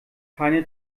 keine